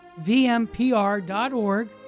vmpr.org